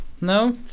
no